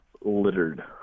littered